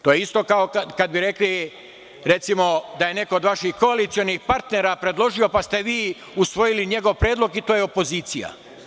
To je isto kao kad bi rekli da je, recimo, neko od vaših koalicionih partnera predložio, pa ste usvojili njegov predlog, i to je opozicija.